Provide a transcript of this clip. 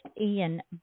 Ian